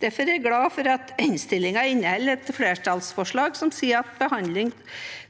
Derfor er jeg glad for at innstillingen inneholder et flertallsforslag som sier at behandlingen